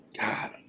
God